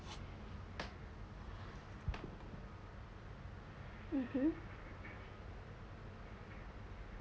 mmhmm